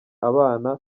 abana